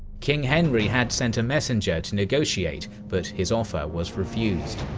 king henry had sent a messenger to negotiate, but his offer was refused.